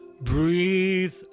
Breathe